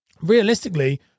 realistically